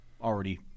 already